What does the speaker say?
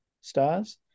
stars